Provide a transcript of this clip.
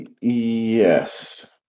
yes